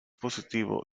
positivo